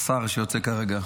(הוראת שעה),